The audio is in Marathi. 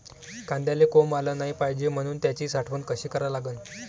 कांद्याले कोंब आलं नाई पायजे म्हनून त्याची साठवन कशी करा लागन?